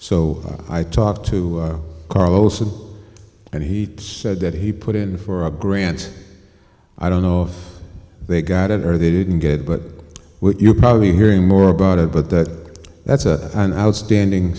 so i talked to carlos and and he said that he put in for a grant i don't know if they got it or they didn't get it but what you're probably hearing more about it but that that's a an outstanding